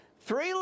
three